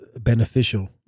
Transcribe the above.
beneficial